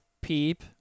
Peep